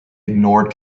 ignored